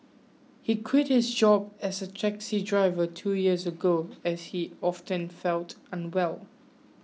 he quit his job as a taxi driver two years ago as he often felt unwell